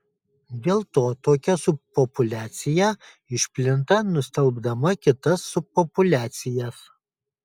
dėl to tokia subpopuliacija išplinta nustelbdama kitas subpopuliacijas